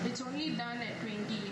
it's only done at twenty